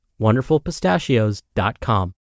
WonderfulPistachios.com